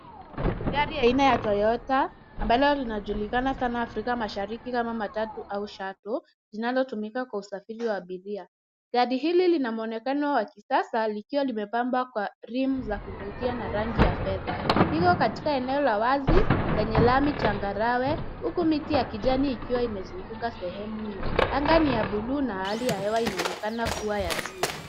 Gari aina ya Toyota ambalo linajulikana sana Afrika Mashariki kama matatu au shuttle linalotumika kwa usafiri wa abiria. Gari hili lina muonekano wa kisasa likiwa limepambwa kwa rims za kuvutia na rangi ya fedha. Liko katika eneo la wazi lenye lami changarawe huku miti ya kijani ikiwa imezunguka sehemu hiyo. Anga ni ya blue na hali ya hewa inaonekana kuwa ya jua.